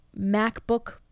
MacBook